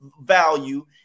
value